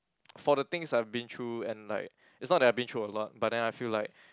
for the things I've been through and like it's not that I've been through a lot but then I feel like